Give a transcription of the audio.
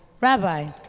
Rabbi